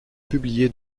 publié